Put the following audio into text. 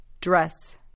Dress